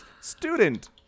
student